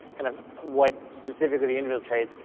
kind of what specifically the individual traits,